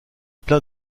plein